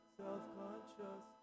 self-conscious